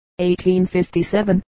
1857